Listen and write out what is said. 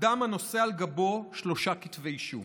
אדם הנושא על גבו שלושה כתבי אישום.